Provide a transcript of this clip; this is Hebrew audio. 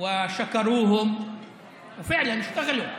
דאגו להם והודו להם, והם אכן עבדו.